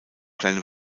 kleine